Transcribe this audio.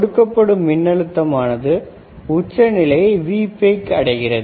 கொடுக்கப்படும் மின்னழுத்தம் ஆனது உச்சநிலையை Vpeakஐ அடைகிறது